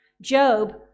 Job